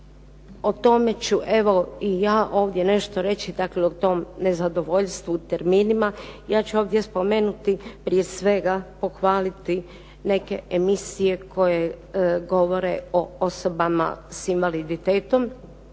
O tome ću evo i ja ovdje nešto reći. Dakle, o tom nezadovoljstvu terminima ja ću ovdje spomenuti prije svega pohvaliti neke emisije koje govore o osobama s invaliditetom.